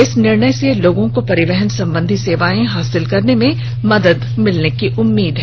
इस निर्णय से लोगों को परिवहन सम्बंधी सेवाएं हासिल करने में मदद मिलने की उम्मीद है